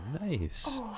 nice